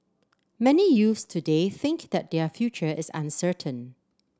many youths today think that their future is uncertain